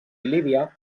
líbia